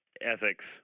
ethics